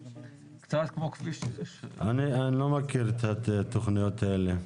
כמו כביש 6. אני לא מכיר את התכניות האלה.